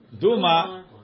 duma